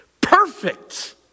perfect